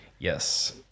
Yes